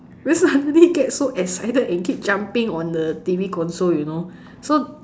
then suddenly get so excited and keep jumping on the T_V console you know so